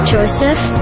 Joseph